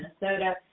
Minnesota